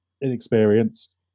inexperienced